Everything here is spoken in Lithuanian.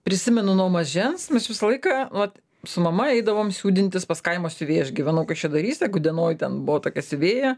prisimenu nuo mažens mes visą laiką vat su mama eidavom siūdintis pas kaimo siuvėją aš gyvenau kaišiadoryse gudienoj ten buvo tokia siuvėja